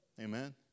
Amen